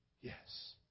Yes